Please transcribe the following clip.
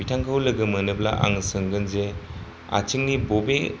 बिथांखौ लोगो मोनोबा आं सोंगोन जे आथिंनि बबे